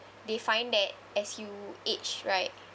they find that as you age right